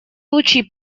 лучи